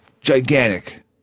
Gigantic